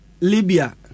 Libya